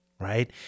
right